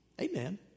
Amen